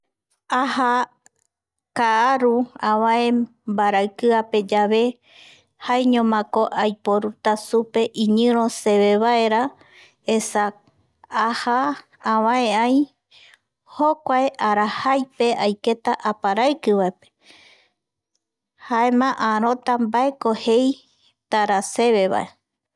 Aja kaaru avae mbaraikiapeyave jaiñomako aiporu supe iñiro seve vaera esa aja avae ai jokuae arajaipe aiketa aparaikivaepe jaema aarota mbaerako jeita seve vae